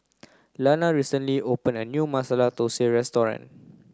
Lana recently opened a new Masala Thosai